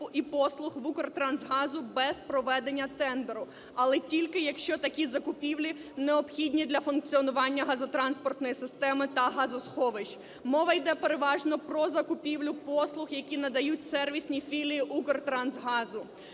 та послуг в "Укртрангазу" без проведення тендеру, але тільки якщо такі закупівлі необхідні для функціонування газотранспортної системи та газосховищ. Мова йде переважно про закупівлю послуг, які надають сервісні філії "Укртрансгазу".